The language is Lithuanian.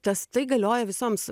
tas tai galioja visoms